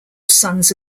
sons